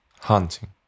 hunting